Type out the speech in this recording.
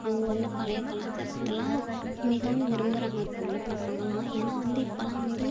அவங்க வந்து பழைய கலாச்சாரத்தெலாம் மிகவும் விரும்புகிறாங்க இப்போ உள்ள பசங்களாம் ஏன்னால் வந்து இப்போலாம் வந்து